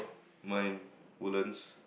mine Woodlands